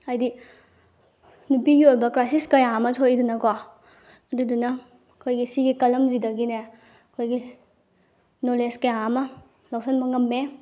ꯍꯥꯏꯗꯤ ꯅꯨꯄꯤꯒꯤ ꯑꯣꯏꯕ ꯀ꯭ꯔꯥꯏꯁꯤꯁ ꯀꯌꯥꯃ ꯊꯣꯛꯏꯗꯅꯀꯣ ꯑꯗꯨꯗꯨꯅ ꯑꯩꯈꯣꯏꯒꯤ ꯁꯤꯒꯤ ꯀꯂꯝꯁꯤꯗꯒꯤꯅꯦ ꯑꯩꯈꯣꯏꯒꯤ ꯅꯣꯂꯦꯖ ꯀꯌꯥ ꯑꯃ ꯂꯧꯁꯤꯟꯕ ꯉꯝꯃꯦ